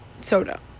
soda